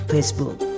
Facebook